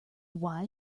wise